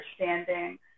understanding